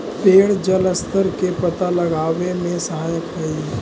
पेड़ जलस्तर के पता लगावे में सहायक हई